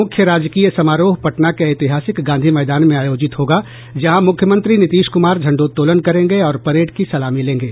मुख्य राजकीय समारोह पटना के ऐतिहासिक गांधी मैदान में आयोजित होगा जहां मुख्यमंत्री नीतीश कुमार झंडोत्तोलन करेंगे और परेड की सलामी लेंगे